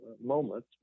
moment